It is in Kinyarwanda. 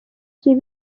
gihe